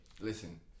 listen